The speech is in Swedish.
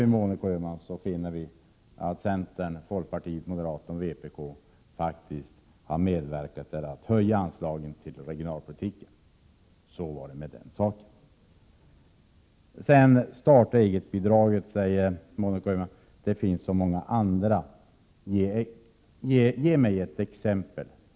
Om man summerar finner man att centern, folkpartiet, moderaterna 9 och vpk faktiskt har medverkat till att höja anslagen till regionalpolitiken. Så var det med den saken. Det finns så många andra stödformer än starta-eget-bidrag, säger Monica Öhman.